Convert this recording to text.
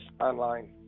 online